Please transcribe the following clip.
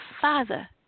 Father